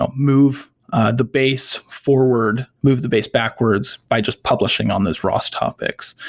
um move the base forward, move the base backwards by just publishing on those ros topics.